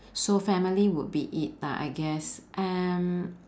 so family would be it lah I guess um